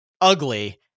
ugly